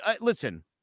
Listen